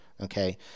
okay